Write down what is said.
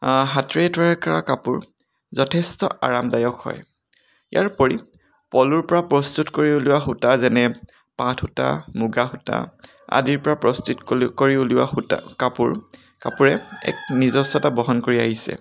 হাতেৰে তৈয়াৰ কৰা কাপোৰ যথেষ্ট আৰামদায়ক হয় ইয়াৰোপৰি পলুৰ পৰা প্ৰস্তুত কৰি উলিওৱা সূতা যেনে পাট সূতা মূগা সূতা আদিৰ পৰা প্ৰস্তুত কৰি উলিওৱা কাপোৰ কাপোৰে এক নিজস্বতা বহন কৰি আহিছে